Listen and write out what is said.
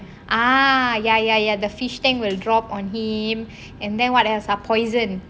ah ya ya ya the fish tank will drop on him and then what else ah poison